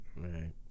Right